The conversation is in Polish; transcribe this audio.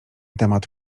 temat